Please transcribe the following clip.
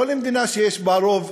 כל מדינה שיש בה רוב,